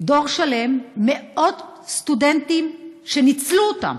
דור שלם, מאות סטודנטים שניצלו אותם,